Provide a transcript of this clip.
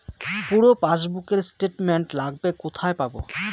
পুরো পাসবুকের স্টেটমেন্ট লাগবে কোথায় পাব?